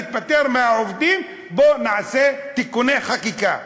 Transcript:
להיפטר מהעובדים: בואו נעשה תיקוני חקיקה.